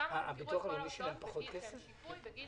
שם אתם תראו את כל ההוצאות שהן שיפוי בגין